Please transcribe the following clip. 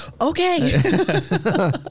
okay